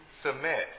submit